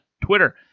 Twitter